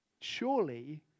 surely